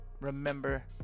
remember